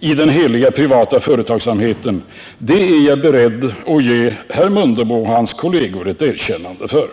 i den heliga privata företagsamheten är jag beredd att ge herr Mundebo och hans kolleger ett erkännande för.